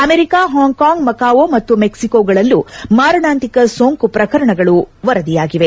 America Hong Kong Macau ಮತ್ತು ಮೆಕ್ಸಿಕೋಗಳಲ್ಲೂ ಮಾರಣಾಂತಿಕ ಸೋಂಕು ಪ್ರಕರಣಗಳು ವರದಿಯಾಗಿವೆ